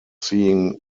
seeing